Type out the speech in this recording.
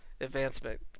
advancement